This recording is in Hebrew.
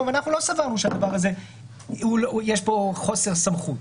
ואנחנו לא סברנו שבדבר הזה יש חוסר סמכות,